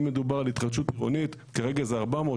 אם מדובר על התחדשות עירונית כרגע זה 400,